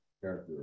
character